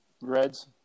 Reds